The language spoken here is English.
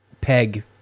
peg